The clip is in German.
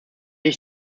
ich